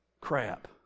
crap